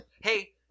Hey